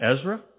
Ezra